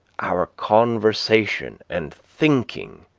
our conversation and thinking,